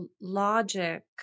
logic